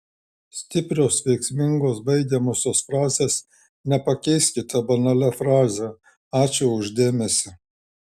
stiprios veiksmingos baigiamosios frazės nepakeiskite banalia fraze ačiū už dėmesį